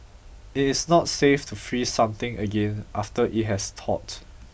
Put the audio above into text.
it is not safe to freeze something again after it has thawed